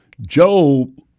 Job